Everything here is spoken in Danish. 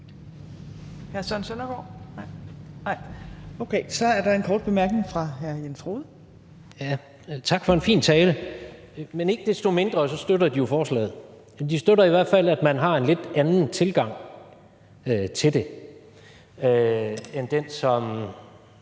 Tak for en fin tale – men ikke desto mindre støtter de jo lovforslaget. De støtter i hvert fald, at man har en lidt anden tilgang til det end den, som